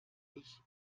ich